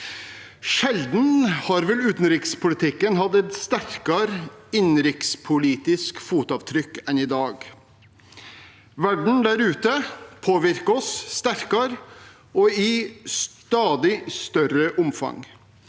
Sjelden har vel utenrikspolitikken hatt et sterkere innenrikspolitisk fotavtrykk enn i dag. Verden der ute påvirker oss sterkere og i stadig større omfang: